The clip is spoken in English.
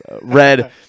Red